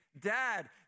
dad